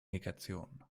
negation